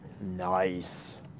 Nice